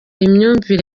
imyumvire